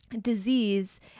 disease